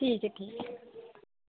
ठीक ऐ ठीक ऐ